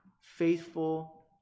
faithful